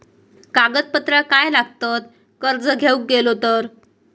कागदपत्रा काय लागतत कर्ज घेऊक गेलो तर?